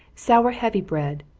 sour heavy bread,